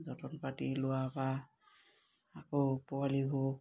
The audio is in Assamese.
যতন পাতি লোৱা বা আকৌ পোৱালিবোৰ